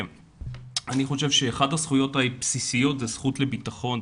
אני חושב שאחת הזכויות לבסיסיות זה זכות לביטחון,